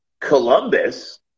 Columbus